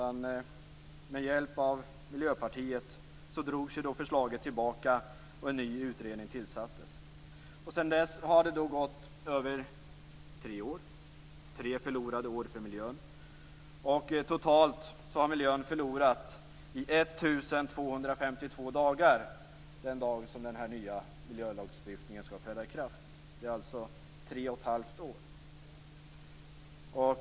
Med hjälp av Miljöpartiet drogs förslaget i stället tillbaka, och en ny utredning tillsattes. Sedan dess har det gått mer än tre år - tre förlorade år för miljön. Totalt har miljön denna dag, när den nya miljölagstiftningen skall träda i kraft, förlorat i 1 252 dagar, alltså i tre och ett halvt år.